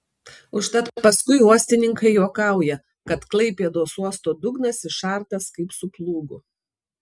užtat paskui uostininkai juokauja kad klaipėdos uosto dugnas išartas kaip su plūgu